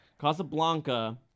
Casablanca